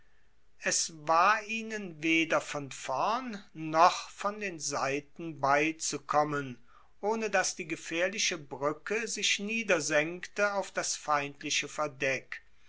es war ihnen weder von vorn noch von den seiten beizukommen ohne dass die gefaehrliche bruecke sich niedersenkte auf das feindliche verdeck